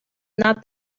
not